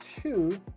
two